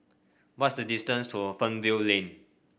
what's the distance to Fernvale Lane